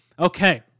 Okay